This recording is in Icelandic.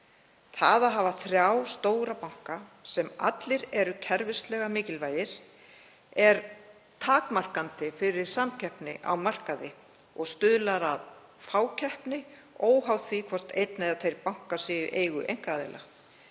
Það að hafa þrjá stóra banka sem allir eru kerfislega mikilvægir er takmarkandi fyrir samkeppni á markaði og stuðlar að fákeppni óháð því hvort einn eða tveir bankar séu í eigu einkaaðila.